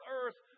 earth